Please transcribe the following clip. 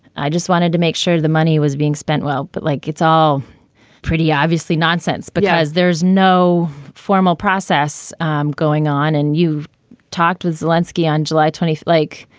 i just wanted to make sure the money was being spent. well. but like, it's all pretty obviously nonsense because there's no formal process going on. and you talked with zelinsky on july twentieth. like,